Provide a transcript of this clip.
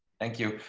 thank you,